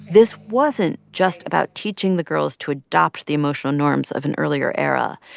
this wasn't just about teaching the girls to adopt the emotional norms of an earlier era.